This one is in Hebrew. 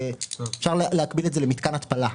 אפשר להקביל את זה למתקן התפלה.